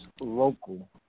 local